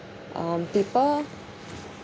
um people